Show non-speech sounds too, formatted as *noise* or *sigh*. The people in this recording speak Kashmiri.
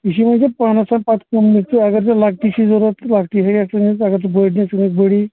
یہِ چھُو وۄنۍ ژےٚ پانس تام پتہٕ کٔم گٔژھی ایلولیبٕل لۄکٕٹی چھِ ضروٗرت تہٕ لۄکٕٹی ہیٚہِ ہیٚس *unintelligible* اگر ژٕ بٔڈۍ نِکھ ژٕ نہِ بٔڈی